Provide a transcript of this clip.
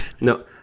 No